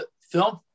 film